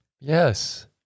Yes